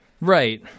Right